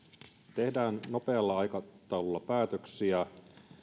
tehdään nopealla aikataululla päätöksiä